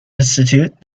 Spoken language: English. institute